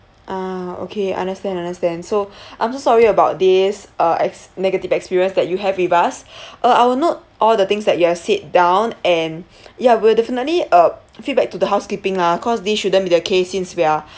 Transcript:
ah okay understand understand so I'm so sorry about this uh this negative bad experience that you have with us uh I will note all the things that you have said down and ya would definitely uh feedback to the housekeeping lah cause they shouldn't be the case since we are